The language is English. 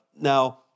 now